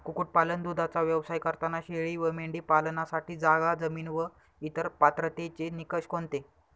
कुक्कुटपालन, दूधाचा व्यवसाय करताना शेळी व मेंढी पालनासाठी जागा, जमीन व इतर पात्रतेचे निकष कोणते?